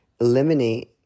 Eliminate